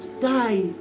die